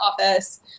office